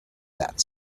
that